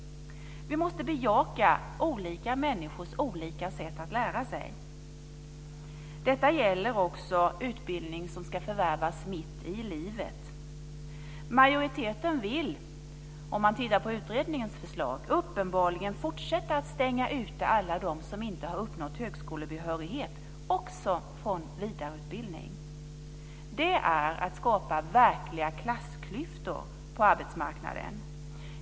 Vi måste bejaka olika människors olika sätt att lära. Detta gäller också utbildning som ska förvärvas mitt i livet. Majoriteten vill enligt utredningens förslag uppenbarligen fortsätta att stänga ute alla dem som inte har uppnått högskolebehörighet också från vidareutbildning. Det är att skapa verkliga klassklyftor på arbetsmarknaden.